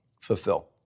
fulfill